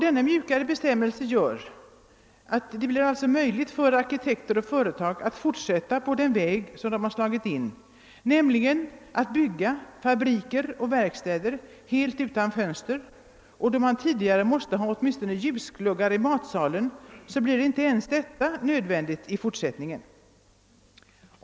Denna mjukare bestämmelse gör det alltså möjligt för arkitekter och företag att fortsätta på den väg som de har slagit in på, nämligen att bygga fabriker och verkstäder helt utan fönster. Medan man tidigare måste sätta in åtminstone ljusgluggar i matsalen, blir inte ens detta nödvändigt i fortsättningen.